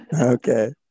Okay